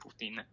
Putin